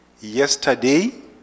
yesterday